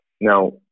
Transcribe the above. Now